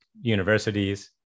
universities